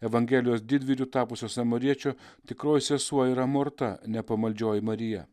evangelijos didvyriu tapusio samariečio tikroji sesuo yra morta ne pamaldžioji marija